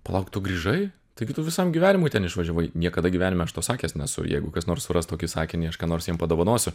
palauk tu grįžai taigi tu visam gyvenimui ten išvažiavai niekada gyvenime aš to sakęs nesu jeigu kas nors suras tokį sakinį aš ką nors jiem padovanosiu